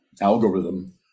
algorithm